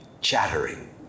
chattering